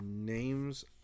names